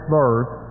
verse